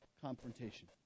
confrontation